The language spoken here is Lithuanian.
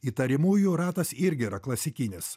įtariamųjų ratas irgi yra klasikinis